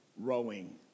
rowing